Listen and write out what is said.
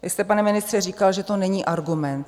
Vy jste, pane ministře, říkal, že to není argument.